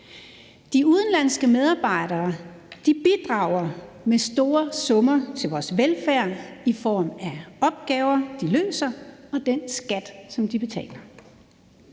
De udenlandske medarbejdere bidrager med store summer til vores velfærd i form af opgaver, de løser, og den skat, som de betaler.